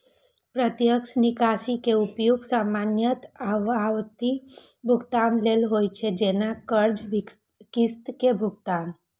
प्रत्यक्ष निकासी के उपयोग सामान्यतः आवर्ती भुगतान लेल होइ छै, जैना कर्जक किस्त के भुगतान